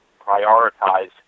Prioritize